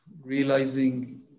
realizing